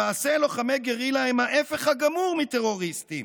למעשה, לוחמי גרילה הם ההפך הגמור מטרוריסטים.